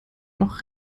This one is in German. noch